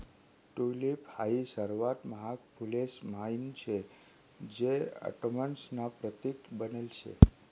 tulip हाई सर्वात महाग फुलेस म्हाईन शे जे ऑटोमन्स ना प्रतीक बनेल शे